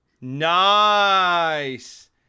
Nice